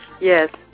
Yes